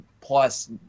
plus